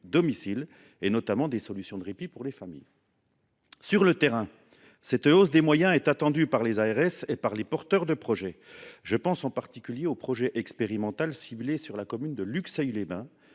et notamment des solutions de répit pour les familles. Sur le terrain, cette hausse des moyens est attendue par les ARS et par les porteurs de projet. Je pense en particulier au projet expérimental ciblé sur la commune de Luxeuil les Bains,